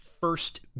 first